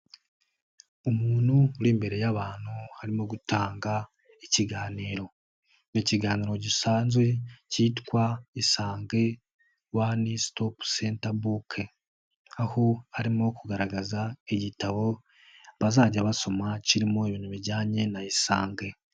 Umuntu uri imbere y'abantu harimo gutanga ikiganiro, ni ikiganiro gisanzwe cyitwa Isanzwe one stop center book, aho arimo kugaragaza igitabo bazajya basoma kirimo ibintu bijyanye na isange.